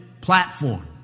platform